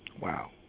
Wow